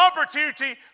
opportunity